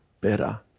better